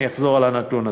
אני אחזור על הנתון הזה.